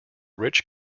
rich